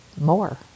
more